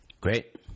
Great